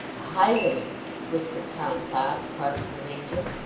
highwayman whispered tom cobb to parkes the ranger.